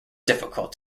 difficult